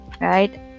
right